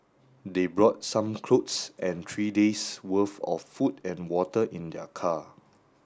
they brought some clothes and three days' worth of food and water in their car